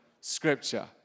Scripture